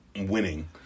winning